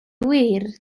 wir